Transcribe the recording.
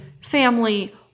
family